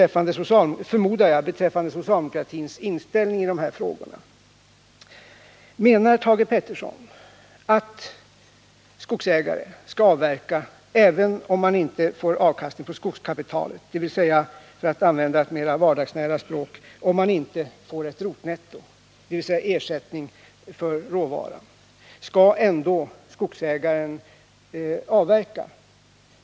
förmodar jag. beträffande socialdemokratins inställning i dessa frågor. Menar Thage Peterson att en skogsägare skall avverka även om han inte får avkastning på skogskapitalet — eller, för att använda ett mera vardagsnära språk, om han inte får ett rotnetto, dvs. ersättning för råvaran. Skall ändå skogsägaren avverka?